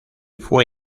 fue